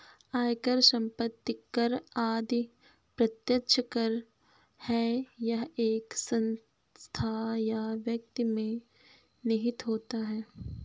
आयकर, संपत्ति कर आदि प्रत्यक्ष कर है यह एक संस्था या व्यक्ति में निहित होता है